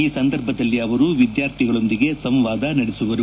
ಈ ಸಂದರ್ಭದಲ್ವಿ ಅವರು ವಿದ್ಯಾರ್ಥಿಗಳೊಂದಿಗೆ ಸಂವಾದ ನಡೆಸಲಿದ್ದಾರೆ